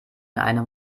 einem